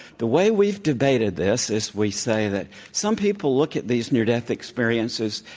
the way we've debated this is we say that some people look at these near-death experiences,